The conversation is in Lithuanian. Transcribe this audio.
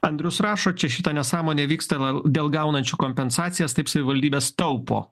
andrius rašo čia šita nesąmonė vyksta na dėl gaunančių kompensacijas taip savivaldybės taupo